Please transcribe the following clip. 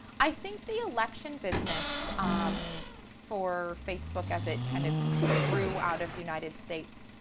i think the election business for facebook, as it kind of grew out of the united states,